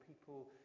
people